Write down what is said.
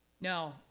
Now